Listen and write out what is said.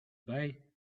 bye